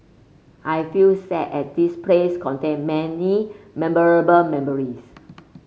I feel sad as this place contain many memorable memories